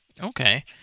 okay